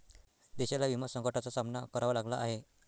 देशाला विमा संकटाचा सामना करावा लागला आहे